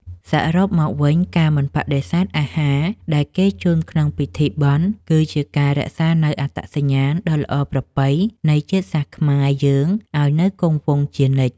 សរុបមកវិញ ការមិនបដិសេធអាហារដែលគេជូនក្នុងពិធីបុណ្យ គឺជាការរក្សានូវអត្តសញ្ញាណដ៏ល្អប្រពៃនៃជាតិសាសន៍ខ្មែរយើងឱ្យនៅគង់វង្សជានិច្ច។